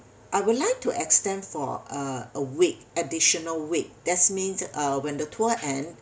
I would like to extend for uh a week additional week that's means uh when the tour end